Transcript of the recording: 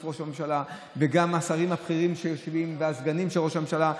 ראש הממשלה וגם השרים הבכירים שיושבים והסגנים של ראש הממשלה.